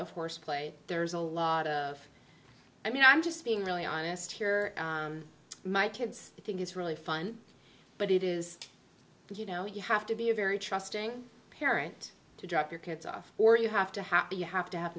of horseplay there's a lot of i mean i'm just being really honest here my kids think it's really fun but it is you know you have to be a very trusting parent to drop your kids off or you have to have you have to have